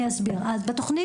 מהדוח